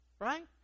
right